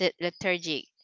lethargic